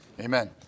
amen